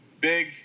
big